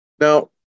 Now